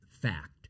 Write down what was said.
fact